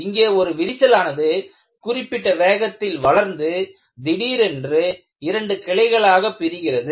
இங்கே ஒரு விரிசலானது குறிப்பிட்ட வேகத்தில் வளர்ந்து திடீரென்று இரண்டு கிளைகளாக பிரிகிறது